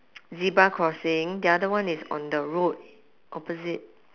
zebra crossing the other one is on the road opposite